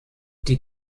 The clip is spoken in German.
die